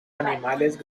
animales